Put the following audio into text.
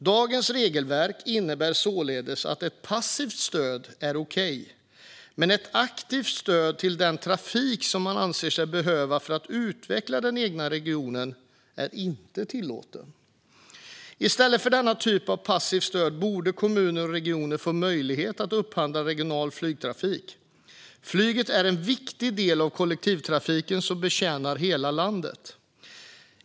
Dagens regelverk innebär således att ett passivt stöd är okej, men att ett aktivt stöd till den trafik som man anser sig behöva för att utveckla den egna regionen inte är tillåtet. I stället för denna typ av passivt stöd borde kommuner och regioner få möjlighet att upphandla regional flygtrafik. Flyget är en viktig del av kollektivtrafiken som betjänar hela landet.